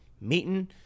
meeting